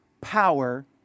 power